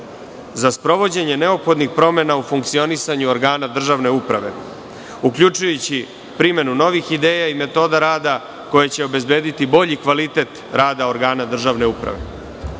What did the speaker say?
za sprovođenje neophodnih promena u funkcionisanju organa državne uprave, uključujući primenu novih ideja i metoda rada koje će obezbediti bolji kvalitet rada organa državne uprave. Pored